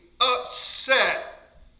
upset